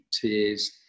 tears